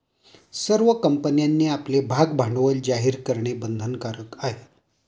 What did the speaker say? सर्व कंपन्यांनी आपले भागभांडवल जाहीर करणे बंधनकारक आहे